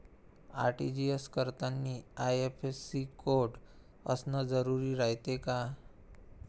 RTGS करतांनी IFSC code असन जरुरी रायते का?